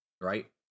right